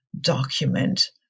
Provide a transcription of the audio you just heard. document